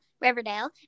Riverdale